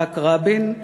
יצחק רבין,